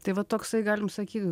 tai va toksai galim sakyt